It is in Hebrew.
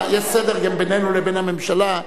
יש סדר בינינו לבין הממשלה,